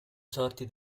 sorti